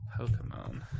Pokemon